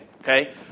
okay